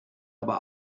aber